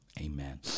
Amen